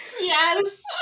Yes